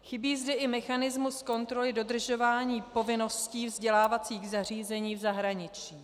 Chybí zde i mechanismus kontroly dodržování povinností vzdělávacích zařízení v zahraničí.